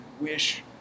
wish